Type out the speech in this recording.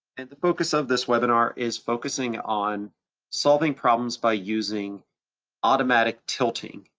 and the focus of this webinar is focusing on solving problems by using automatic tilting,